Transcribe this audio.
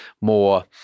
more